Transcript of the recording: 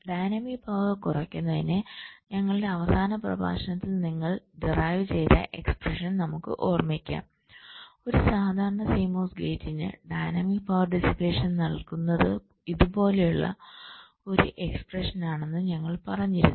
dynamic power കുറയ്ക്കുന്നതിന് ഞങ്ങളുടെ അവസാന പ്രഭാഷണത്തിൽ നിങ്ങൾ ഡിറൈവ് ചെയ്ത എക്സ്പ്രെഷൻ നമുക്ക് ഓർമ്മിക്കാം ഒരു സാധാരണ CMOS ഗേറ്റിന് ഡൈനാമിക് പവർ ഡിസ്പേഷൻ നൽകുന്നത് ഇതുപോലെയുള്ള ഒരു എക്സ്പ്രെഷനാണെന്ന് ഞങ്ങൾ പറഞ്ഞിരുന്നു